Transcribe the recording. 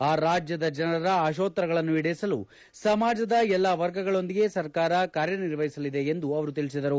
ಆ ರಾಜ್ಯದ ಜನರ ಆಶೋತ್ತರಗಳನ್ನು ಈಡೇರಿಸಲು ಸಮಾಜದ ಎಲ್ಲಾ ವರ್ಗಗಳೊಂದಿಗೆ ಸರ್ಕಾರ ಕಾರ್ಯ ನಿರ್ವಹಿಸಲಿದೆ ಎಂದು ಅವರು ತಿಳಿಸಿದರು